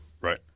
Right